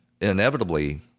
inevitably